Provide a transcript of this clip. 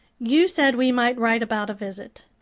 you said we might write about a visit.